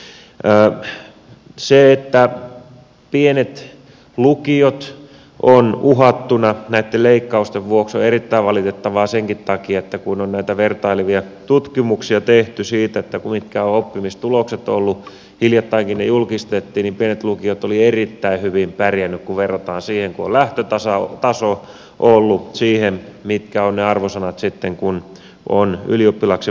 se että pienet lukiot ovat uhattuina näitten leikkausten vuoksi on erittäin valitettavaa senkin takia että kun on näitä vertailevia tutkimuksia tehty siitä mitkä ovat oppimistulokset olleet hiljattainkin ne julkistettiin niin pienet lukiot olivat erittäin hyvin pärjänneet kun verrataan sitä mikä on lähtötaso ollut siihen mitkä ovat ne arvosanat sitten kun on ylioppilaaksi valmistuttu